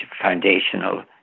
foundational